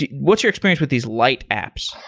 what's your experience with these lite apps?